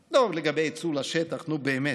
לגבי "צאו לשטח" נו, באמת.